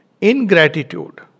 Ingratitude